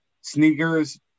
Sneakers